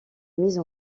mise